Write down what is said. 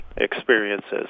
experiences